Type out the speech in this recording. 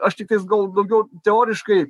aš tiktais gal daugiau teoriškai